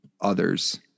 others